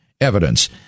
evidence